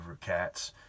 cats